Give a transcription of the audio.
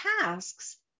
tasks